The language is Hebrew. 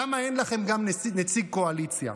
למה אין לכם נציג קואליציה?